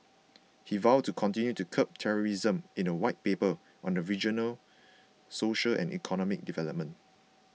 he vowed to continue to curb terrorism in a White Paper on the region's social and economic development